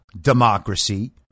democracy